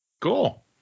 Cool